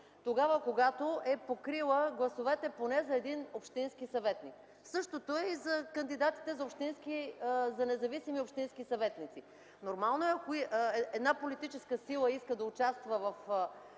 парламент, когато е покрила гласовете поне за един общински съветник. Същото е и за кандидатите за независими общински съветници. Нормално е, ако една политическа сила иска да участва в